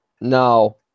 No